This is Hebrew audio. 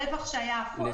הרווח שהיה..".